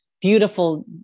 beautiful